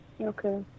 Okay